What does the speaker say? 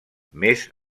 més